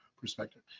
perspective